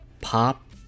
pop